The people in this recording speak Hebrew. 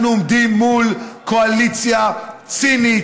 אנחנו עומדים מול קואליציה צינית,